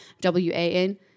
W-A-N